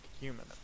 human